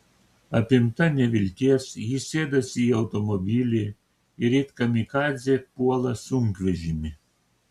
apimta nevilties ji sėdasi į automobilį ir it kamikadzė puola sunkvežimį